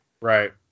Right